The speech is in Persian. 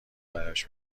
برایش